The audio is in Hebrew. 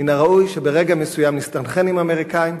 מן הראוי שברגע מסוים נסתנכרן עם האמריקנים.